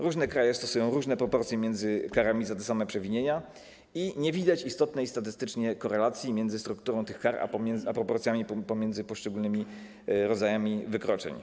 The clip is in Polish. Różne kraje stosują różne proporcje między karami za te same przewinienia i nie widać istotnej statystycznie korelacji między strukturą tych kar a proporcjami pomiędzy poszczególnymi rodzajami wykroczeń.